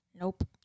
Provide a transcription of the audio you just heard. Nope